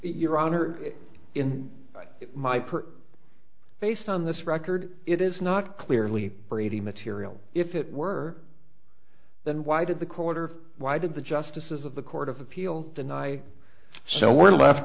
your honor in my per face on this record it is not clearly brady material if it were then why did the quarter why did the justices of the court of appeal deny so we're left